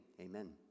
amen